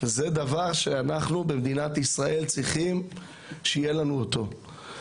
זה דבר שאנחנו במדינת ישראל צריכים שיהיה לנו אותו.